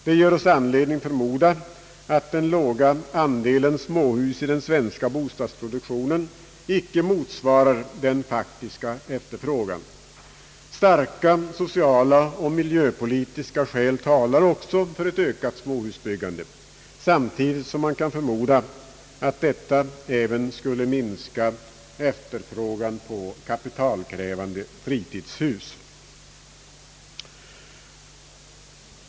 Det ger oss anledning förmoda, att den låga andelen småhus i den svenska bostadsproduktionen inte motsvarar den faktiska efterfrågan. Starka sociala och miljöpolitiska skäl talar också för ett ökat småhusbyggande, samtidigt som man kan förmoda att detta även skulle minska efterfrågan på kapitalkrävande fritidshus.